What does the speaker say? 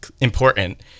important